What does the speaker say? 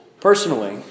Personally